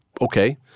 okay